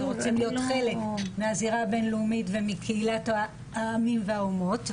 ורוצים להיות חלק מהזירה הבינלאומית ומקהילת העמים והאומות,